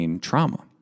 Trauma